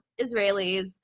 israelis